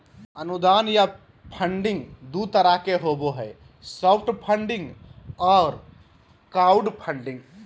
अनुदान या फंडिंग दू तरह के होबो हय सॉफ्ट फंडिंग आर क्राउड फंडिंग